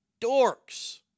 Dorks